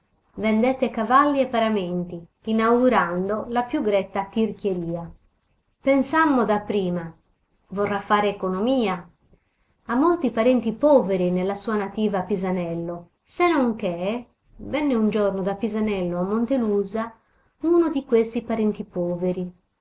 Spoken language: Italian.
vendette cavalli e paramenti inaugurando la più gretta tirchieria pensammo dapprima vorrà fare economia ha molti parenti poveri nella sua nativa pisanello se non che venne un giorno da pisanello a montelusa uno di questi parenti poveri